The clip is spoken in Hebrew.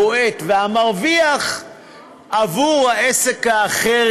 הבועט והמרוויח עבור העסק האחר,